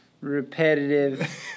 repetitive